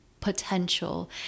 potential